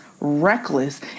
reckless